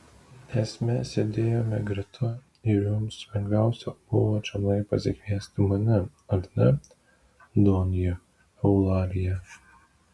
nes mes sėdėjome greta ir jums lengviausia buvo čionai pasikviesti mane ar ne donja eulalija